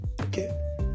Okay